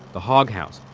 the hog house,